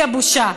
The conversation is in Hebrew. שיא הבושה: